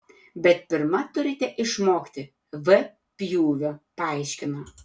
bet pirma turite išmokti v pjūvio paaiškino